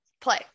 play